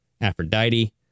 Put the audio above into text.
Aphrodite